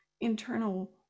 internal